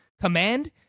command